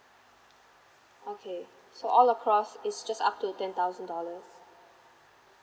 okay so all across its just up to ten thousand dollars